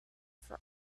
for